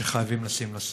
שחייבים לשים לה סוף.